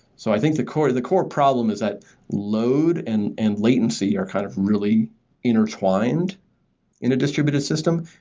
so i think the core the core problem is that load and and latency are kind of really intertwined in a distributed system,